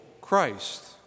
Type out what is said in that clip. Christ